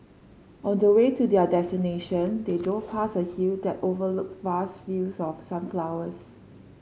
on the way to their destination they drove past a hill that overlooked vast fields of sunflowers